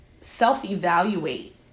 self-evaluate